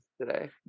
today